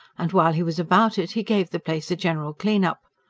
and while he was about it, he gave the place a general clean-up.